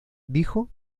dijo